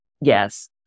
Yes